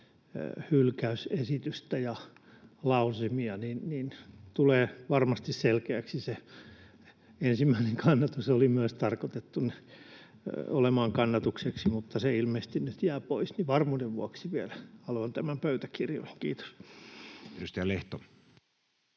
hylkäysesitystä ja lausumia, niin että tulee varmasti selkeäksi se. Ensimmäinen kannatus oli myös tarkoitettu kannatukseksi, mutta se ilmeisesti nyt jää pois, ja varmuuden vuoksi vielä haluan tämän pöytäkirjoihin. — Kiitos. [Speech